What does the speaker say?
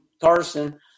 Carson